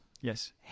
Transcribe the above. Yes